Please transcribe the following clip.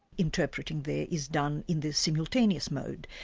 interpreting there is done in the simultaneous mode,